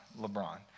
LeBron